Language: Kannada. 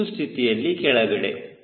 ತುರ್ತು ಸ್ಥಿತಿಯಲ್ಲಿ ಕೆಳಗಡೆ